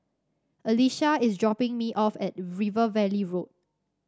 Elisha is dropping me off at River Valley Road